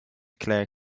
clair